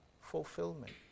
fulfillment